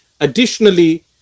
Additionally